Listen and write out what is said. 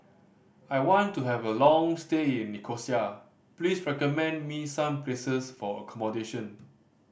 I want to have a long stay in Nicosia please recommend me some places for accommodation